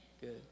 Good